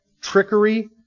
trickery